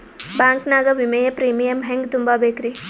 Bank ನಾಗ ವಿಮೆಯ premium ಹೆಂಗ್ ತುಂಬಾ ಬೇಕ್ರಿ?